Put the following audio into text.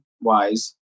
wise